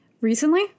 recently